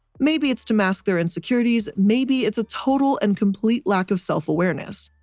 maybe it's to mask their insecurities, maybe it's a total and complete lack of self-awareness.